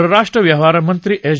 परराष्ट्र व्यवहारमंत्री एस